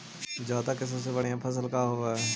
जादा के सबसे बढ़िया फसल का होवे हई?